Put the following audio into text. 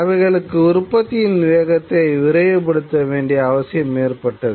அவைகளுக்கு உற்பத்தியின் வேகத்தை விரைவுபடுத்த வேண்டிய அவசியம் ஏற்பட்டது